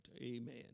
Amen